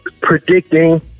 predicting